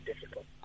difficult